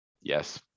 Yes